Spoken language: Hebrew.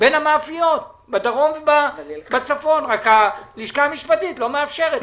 בין המאפיות בדרום ובצפון אלא שהלשכה המשפטית לא מאפשרת.